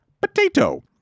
potato